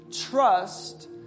trust